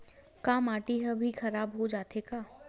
का माटी ह भी खराब हो जाथे का?